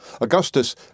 Augustus